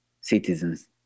citizens